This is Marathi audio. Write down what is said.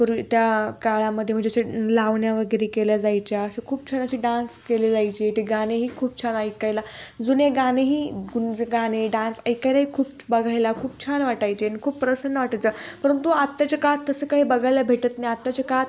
पुर्वी त्या काळामध्ये म्हणजे असे लावण्या वगैरे केल्या जायच्या असे खूप छान असे डान्स केले जायचे ते गाणेही खूप छान ऐकायला जुने गाणेही गुं गाणे डान्स ऐकायलाही खूप बघायला खूप छान वाटायचे आणि खूप प्रसन्न वाटायचं परंतु आत्ताच्या काळात तसं काही बघायला भेटत नाही आताच्या काळात